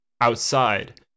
outside